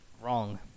Wrong